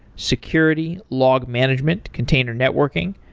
security, log management, container networking,